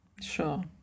Sure